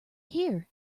here